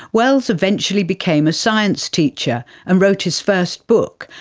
wells eventually became a science teacher and wrote his first book,